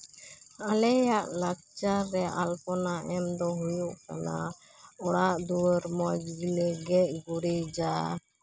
ᱟᱞᱮᱭᱟᱜ ᱞᱟᱠᱪᱟᱨ ᱨᱮ ᱟᱞᱯᱚᱱᱟ ᱮᱢ ᱫᱚ ᱦᱩᱭᱩᱜ ᱠᱟᱱᱟ ᱚᱲᱟᱜ ᱫᱩᱣᱟᱹᱨ ᱢᱚᱡᱽ ᱜᱮᱞᱮ ᱜᱮᱡ ᱜᱩᱨᱤᱡᱟ